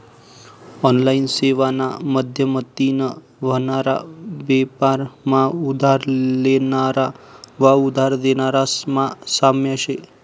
online सेवाना माध्यमतीन व्हनारा बेपार मा उधार लेनारा व उधार देनारास मा साम्य शे